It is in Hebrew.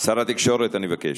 שר התקשורת, אני מבקש.